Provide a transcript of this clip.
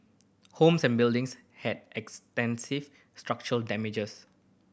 homes and buildings had extensive structural damages